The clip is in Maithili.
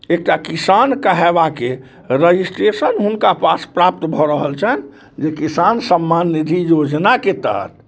एकटा किसान कहयबाके रजिस्ट्रेशन हुनका पास प्राप्त भऽ रहल छनि जे किसान सम्मान निधि योजनाके तहत